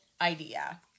idea